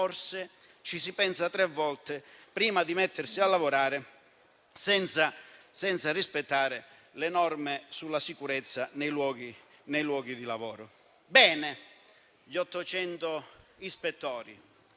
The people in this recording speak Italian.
forse ci si penserebbe tre volte prima di mettersi a lavorare senza rispettare le norme sulla sicurezza nei luoghi di lavoro. È una buona